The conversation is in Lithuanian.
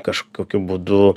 kažkokiu būdu